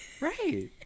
right